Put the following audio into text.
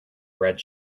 red